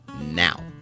now